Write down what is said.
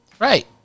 Right